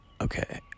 Okay